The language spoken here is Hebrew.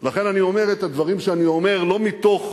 לכן אני אומר את הדברים שאני אומר, לא מתוך,